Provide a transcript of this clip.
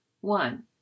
One